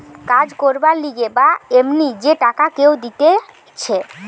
কাজ করবার লিগে বা এমনি যে টাকা কেউ দিতেছে